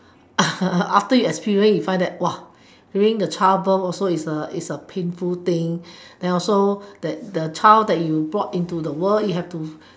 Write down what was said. after you experience it you find that during the childbirth is also a is a painful thing then also the child that you brought into the world you have to